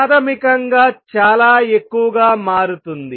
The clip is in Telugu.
ప్రాథమికంగా చాలా ఎక్కువగా మారుతుంది